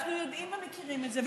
ואנחנו יודעים ומכירים את זה,